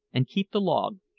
and keep the log,